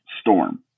storm